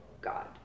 God